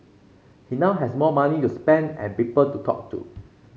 he now has more money to spend and people to talk to